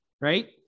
right